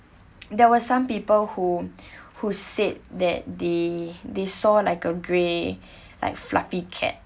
there were some people who who said that they they saw like a grey like fluffy cat